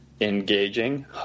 engaging